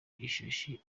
ishashi